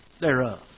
thereof